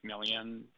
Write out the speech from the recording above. million